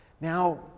Now